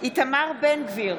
איתמר בן גביר,